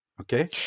Okay